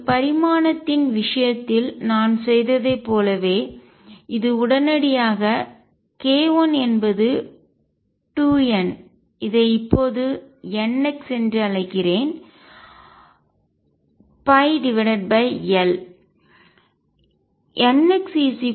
ஒரு பரிமாணத்தின் விஷயத்தில் நான் செய்ததைப் போலவே இது உடனடியாக k1 என்பது 2 n இதை இப்போதுnx என்று அழைக்கிறேன்L